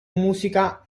musica